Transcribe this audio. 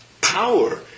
Power